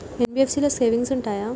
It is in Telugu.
ఎన్.బి.ఎఫ్.సి లో సేవింగ్స్ ఉంటయా?